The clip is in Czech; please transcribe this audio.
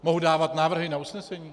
Mohu dávat návrhy na usnesení?